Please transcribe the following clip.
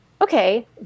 okay